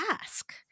ask